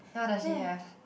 what does she have